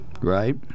Right